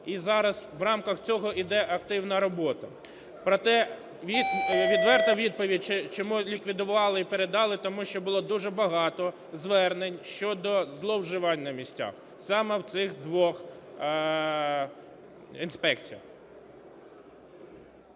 І зараз, в рамках цього йде активна робота. Проте відверта відповідь, чому ліквідували і передали: тому що було дуже багато звернень щодо зловживань на місцях саме в цих двох інспекціях.